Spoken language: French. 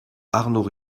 arnaud